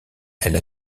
elle